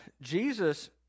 Jesus